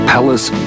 Palace